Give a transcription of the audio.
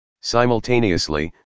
simultaneously